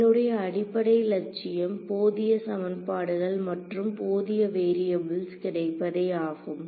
என்னுடைய அடிப்படை லட்சியம் போதிய சமன்பாடுகள் மற்றும் போதிய வேரியபுள்ஸ் கிடைப்பதே ஆகும்